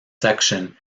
section